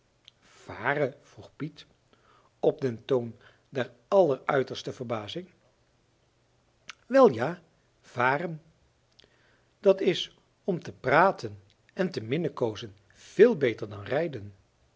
varen vroeg piet op den toon der alleruiterste verbazing wel ja vàren dat s om te praten en te minnekoozen veel beter dan rijden